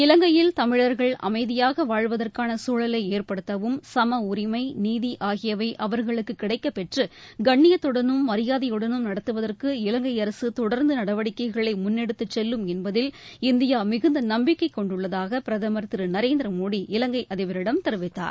இலங்கையில் தமிழா்கள் அமைதியாக வாழ்வதற்கான சூழலை ஏற்படுத்தவும் சம உரிமை நீதி ஆகியவை அவர்களுக்கு கிடைக்கப்பெற்று கண்ணியத்துடனும் மரியாதையுடனும் நடத்துவதற்கு இலங்கை அரசு தொடர்ந்து நடவடிக்கைகளை முன்னெடுத்துச் செல்லும் என்பதில் இந்தியா மிகுந்த நம்பிக்கை கொண்டுள்ளதாக பிரதமர் திரு நரேந்திர மோடி இலங்கை அதிபரிடம் தெரிவித்தார்